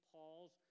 Paul's